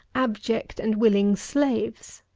abject and willing slaves.